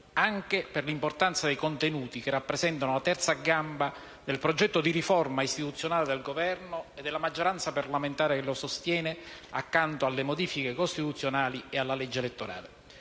anche per l'importanza dei contenuti, che rappresentano la terza gamba del progetto di riforma istituzionale del Governo e della maggioranza parlamentare che lo sostiene, accanto alle modifiche costituzionali e alla legge elettorale.